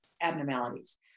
abnormalities